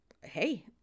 Hey